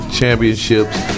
championships